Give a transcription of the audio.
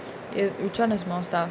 which one has more stuff